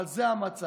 אבל זה המצב,